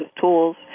tools